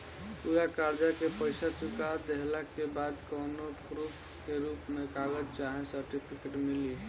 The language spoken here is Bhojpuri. पूरा कर्जा के पईसा चुका देहला के बाद कौनो प्रूफ के रूप में कागज चाहे सर्टिफिकेट मिली?